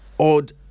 Odd